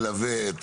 מלוה את